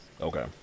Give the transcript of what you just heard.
Okay